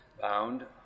bound